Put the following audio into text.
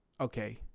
okay